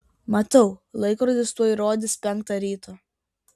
matau laikrodis tuoj rodys penktą ryto